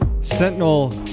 Sentinel